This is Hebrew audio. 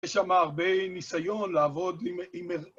יש שמה הרבה ניסיון לעבוד עם...